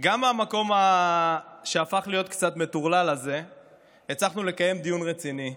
שגם במקום שהפך להיות קצת מטורלל הצלחנו לקיים דיון רציני.